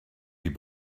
mynd